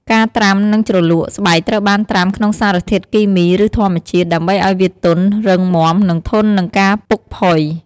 ការត្រាំ និងជ្រលក់ ស្បែកត្រូវបានត្រាំក្នុងសារធាតុគីមី ឬធម្មជាតិ ដើម្បីឲ្យវាទន់ រឹងមាំ និងធន់នឹងការពុកផុយ។